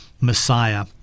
Messiah